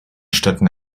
städten